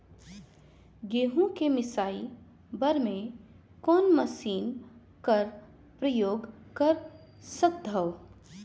गहूं के मिसाई बर मै कोन मशीन कर प्रयोग कर सकधव?